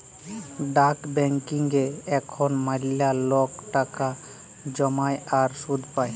ডাক ব্যাংকিংয়ে এখল ম্যালা লক টাকা জ্যমায় আর সুদ পায়